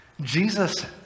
Jesus